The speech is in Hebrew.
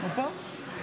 נגד